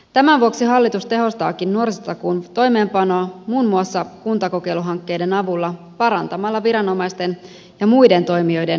tämän vuoksi hallitus tehostaakin nuorisotakuun toimeenpanoa muun muassa kuntakokeiluhankkeiden avulla parantamalla viranomaisten ja muiden toimijoiden yhteistyötä